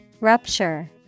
Rupture